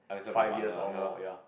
five years or more ya